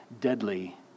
deadly